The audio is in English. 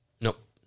Nope